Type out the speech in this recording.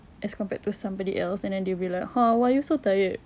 as compared to somebody else and then they'll be like !huh! why are you so tired